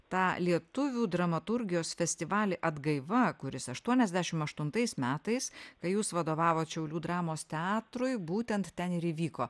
tą lietuvių dramaturgijos festivalį atgaiva kuris aštuoniasdešim aštuntais metais kai jūs vadovavot šiaulių dramos teatrui būtent ten ir įvyko